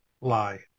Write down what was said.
lie